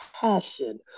passion